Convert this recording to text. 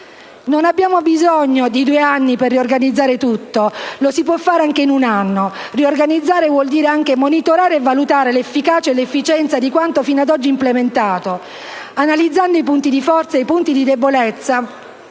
Non abbiamo bisogno di due anni per riorganizzare tutto, lo si può fare anche in un anno. Riorganizzare vuol dire anche monitorare e valutare l'efficacia e l'efficienza di quanto fino ad oggi implementato; analizzando i punti di forza e i punti di debolezza,